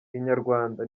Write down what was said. inyarwanda